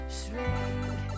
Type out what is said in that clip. shrink